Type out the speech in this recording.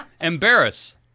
embarrass